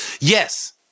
yes